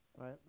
Right